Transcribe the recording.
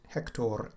Hector